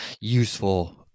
useful